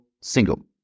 single